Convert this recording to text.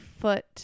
foot